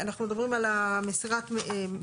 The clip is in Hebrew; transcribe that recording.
אנחנו מדברים על מסירת מידע,